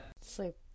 Sleep